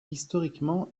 historiquement